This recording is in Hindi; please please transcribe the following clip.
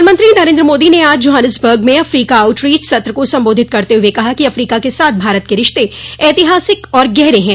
प्रधानमंत्री नरेन्द्र मोदी ने आज जोहान्सिबर्ग में अफ्रीका आउटरीच सत्र को संबोधित करते हुए कहा कि अफ्रीका के साथ भारत के रिश्ते ऐतिहासिक और गहरे हैं